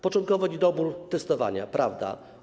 Początkowo niedobór testowania - prawda.